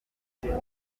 kagame